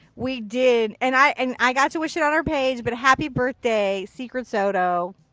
we did. and i and i got to wish it on her page, but happy birthday secretsoto.